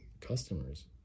customers